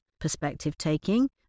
perspective-taking